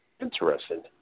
interesting